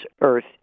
earth